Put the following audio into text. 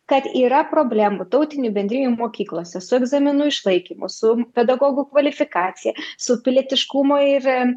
kad yra problemų tautinių bendrijų mokyklose su egzaminų išlaikymu su pedagogų kvalifikacija su pilietiškumo ir